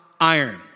iron